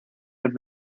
have